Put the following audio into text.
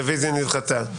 הרביזיה נדחתה.